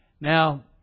Now